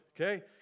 Okay